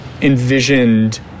envisioned